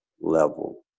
level